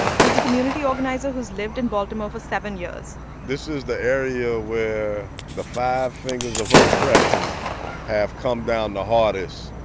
he's a community organizer who's lived in baltimore for seven years this is the area where the five fingers of oppression have come down the hardest.